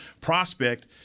prospect